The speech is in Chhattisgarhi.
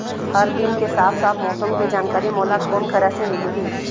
हर दिन के साफ साफ मौसम के जानकारी मोला कोन करा से मिलही?